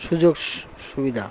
সুযোগ সুবিধা